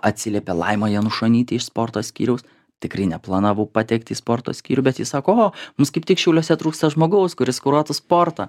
atsiliepė laima janušonytė iš sporto skyriaus tikrai neplanavau patekti į sporto skyrių bet ji sako o mums kaip tik šiauliuose trūksta žmogaus kuris kuruotų sportą